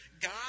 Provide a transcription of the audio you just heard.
God